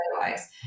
otherwise